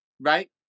right